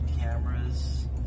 cameras